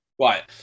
Right